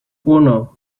uno